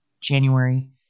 January